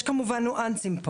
יש פה, כמובן, ניואנסים.